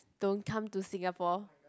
don't come to Singapore